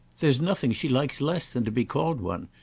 there's nothing she likes less than to be called one,